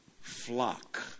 flock